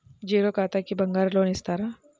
Zero ఖాతాకి బంగారం loan ఇస్తారా?